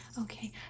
okay